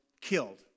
killed